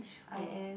I S